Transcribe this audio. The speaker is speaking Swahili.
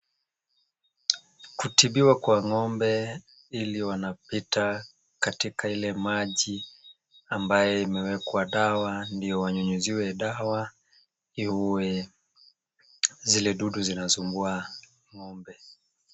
Kutibiwa kwa ng'ombe, ili wanapita katika ile maji ambayo imewekwa dawa, ndio wanyunyuziwe dawa iue wale dudu wanaosumbua ng'ombe.